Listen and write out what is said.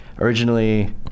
Originally